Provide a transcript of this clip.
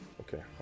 Okay